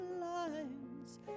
lines